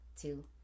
two